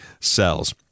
cells